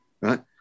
Right